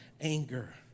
anger